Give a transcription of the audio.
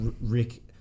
rick